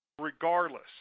regardless